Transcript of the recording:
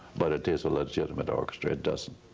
but it is a legitimate orchestra. it doesn't,